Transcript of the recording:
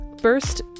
First